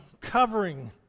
covering